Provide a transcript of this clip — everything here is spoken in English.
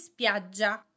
spiaggia